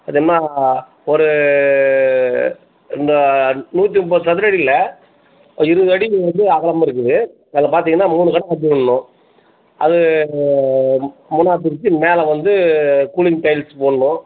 அது என்ன ஒரு இந்த நூற்றி முப்பது சதுரடியில் இருபது அடி வந்து அகலமும் இருக்குது அதில் பார்த்தீங்கன்னா மூணு கடை கட்டி விடணும் அது மூணாக பிரித்து மேலே வந்து கூலிங் டைல்ஸ் போடணும்